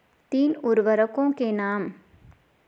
तीन उर्वरकों के नाम?